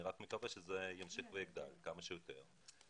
אני מקווה שזה ימשיך ויגדל כמה שיותר.